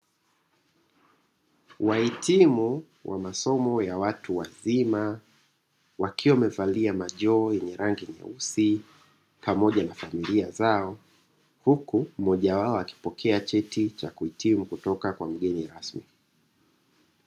Wahitimu wa masomo ya watu wazima wakiwa wamevalia majoho yenye rangi nyeusi, pamoja na familia zao huku mmoja wao akipokea cheti cha kuhitimu kutoka kwa mgeni rasmi.